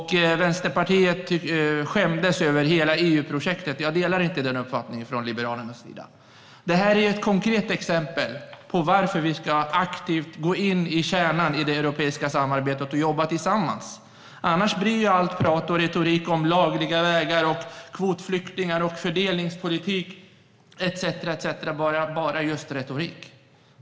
Vänsterpartiet skämdes över hela EU-projektet. Jag delar från Liberalernas sida inte den uppfattningen. Det är ett konkret exempel på varför vi aktivt ska gå in i kärnan i det europeiska samarbetet och jobba tillsammans. Annars blir allt prat och retorik om lagliga vägar, kvotflyktingar, fördelningspolitik etcetera just bara retorik.